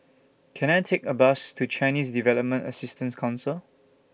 Can I Take A Bus to Chinese Development Assistance Council